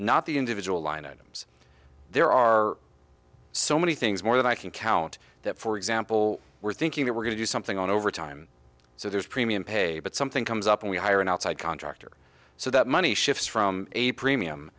not the individual line items there are so many things more than i can count that for example we're thinking that we're going to do something on overtime so there's premium pay but something comes up and we hire an outside contractor so that money shifts from a premium